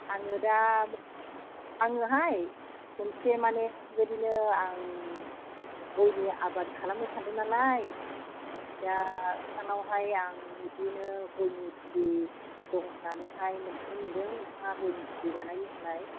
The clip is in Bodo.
आङो दा आङोहाय मोनसे माने बेबायदिनो आं गयनि आबाद खालामनो सान्दों नालाय दा नोंथांनावहाय आं बिदिनो गयनि फुलि दं होननानै मिन्थिनो मोन्दों नोंथाङा गयनि फुलि बानायो होनलाय